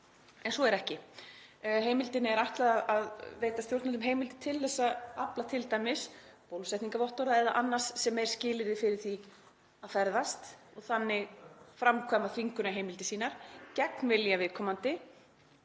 En svo er ekki. Heimildinni er ætlað að veita stjórnvöldum heimild til að afla t.d. bólusetningarvottorða eða annars sem er skilyrði fyrir því að ferðast og þannig framkvæma þvingunarheimildir sínar gegn vilja viðkomandi